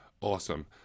Awesome